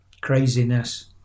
craziness